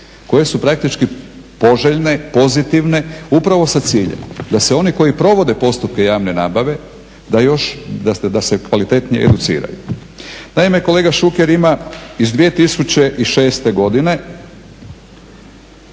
koje su praktički poželjne, pozitivne, upravo sa ciljem da se oni koji provode postupke javne nabave, da se kvalitetnije educiraju. Naime, kolega Šuker, ima iz 2006. godine